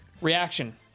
Reaction